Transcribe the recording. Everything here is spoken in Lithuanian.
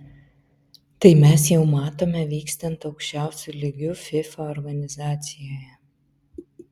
tai mes jau matome vykstant aukščiausiu lygiu fifa organizacijoje